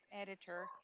editor